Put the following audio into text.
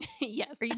Yes